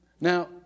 Now